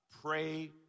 Pray